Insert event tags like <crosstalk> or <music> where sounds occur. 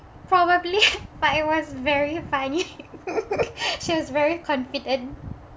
probably but it was very funny <laughs> she was very confident